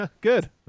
Good